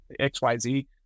XYZ